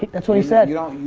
that's what he said. you don't,